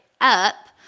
up